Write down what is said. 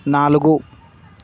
నాలుగు